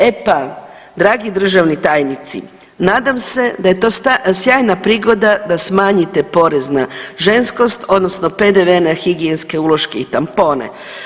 E pa dragi državni tajnici nadam se da je to sjajna prigoda da smanjite porez na ženskost odnosno PDV na higijenske uloške i tampone.